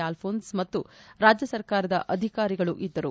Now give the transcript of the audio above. Alphonse ಮತ್ತು ರಾಜ್ಯಸಾರ್ಕರದ ಅಧಿಕಾರಿಗಳು ಇದ್ದರು